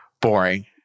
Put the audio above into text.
Boring